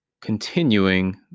continuing